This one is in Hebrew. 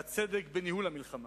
והצדק בניהול המלחמה.